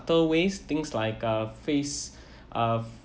ways things like uh face uh